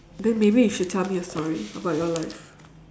then maybe you should tell me a story about your life